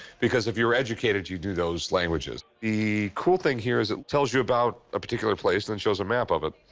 because if you were educated, you knew those languages. the cool thing here is it tells you about a particular place and it shows a map of it.